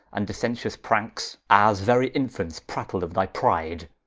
and dissentious prancks, as very infants prattle of thy pride.